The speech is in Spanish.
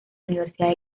universidad